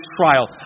trial